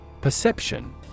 Perception